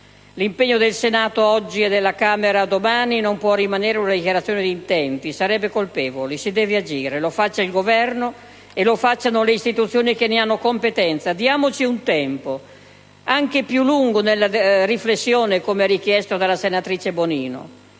L'impegno del Senato oggi e della Camera domani non può rimanere una dichiarazione di intenti: sarebbe colpevole. Si deve agire: lo faccia il Governo e lo facciano le istituzioni che ne hanno competenza. Diamoci un tempo, anche più lungo nella riflessione, come richiesto dalla senatrice Bonino,